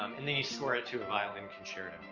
um and they scored it to a violin concerto,